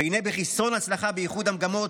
והינה, בחסרון ההצלחה, באיחוד המגמות,